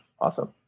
Awesome